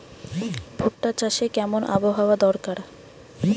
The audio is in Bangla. ভুট্টা চাষে কেমন আবহাওয়া দরকার?